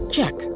Check